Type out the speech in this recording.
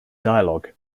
dialogue